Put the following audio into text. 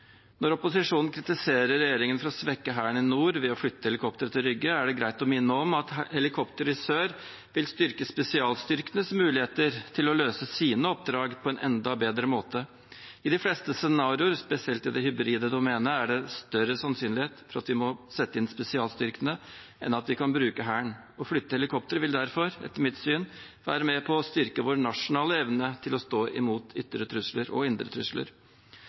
Når opposisjonen kritiserer regjeringen for å svekke Hæren i nord ved å flytte helikoptre til Rygge, er det greit å minne om at helikoptre i sør vil styrke spesialstyrkenes muligheter til å løse sine oppdrag på en enda bedre måte. I de fleste scenarioer, spesielt i det hybride domenet, er det større sannsynlighet for at vi må sette inn spesialstyrkene, enn at vi kan bruke Hæren. Å flytte helikoptre vil derfor etter mitt syn være med på å styrke vår nasjonale evne til å stå imot ytre og indre trusler.